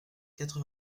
quatre